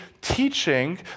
teaching